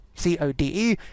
C-O-D-E